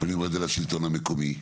לשלטון המקומי,